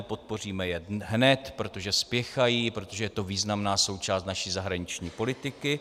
Podpoříme je hned, protože spěchají, protože to je významná součást naší zahraniční politiky.